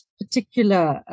particular